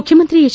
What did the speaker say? ಮುಖ್ಯಮಂತ್ರಿ ಎಚ್